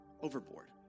overboard